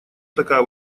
такая